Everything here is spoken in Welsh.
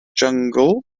jyngl